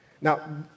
Now